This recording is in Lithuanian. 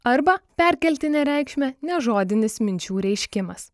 arba perkeltine reikšme nežodinis minčių reiškimas